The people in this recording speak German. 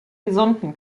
gesunden